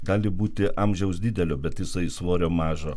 gali būti amžiaus didelio bet jisai svorio mažo